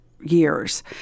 years